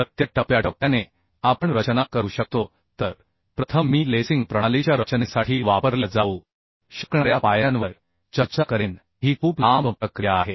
तर त्या टप्प्याटप्प्याने आपण रचना करू शकतो तर प्रथम मी लेसिंग प्रणालीच्या रचनेसाठी वापरल्या जाऊ शकणाऱ्या पायऱ्यांवर चर्चा करेन ही खूप लांब प्रक्रिया आहे